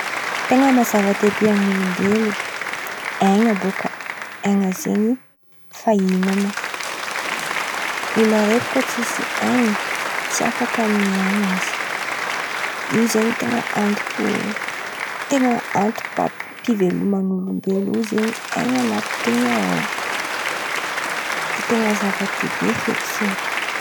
Ten̈a mahazava-dehibe ny olombelo ain̈a bôka ain̈a zen̈y fahinana olo araiky, koa tsisy ain̈y tsy afaka miain̈y io zen̈y ten̈a atompiveloman'olombelo; io zen̈y ten̈a zava-dehibe feky zen̈y.